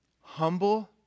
humble